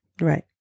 Right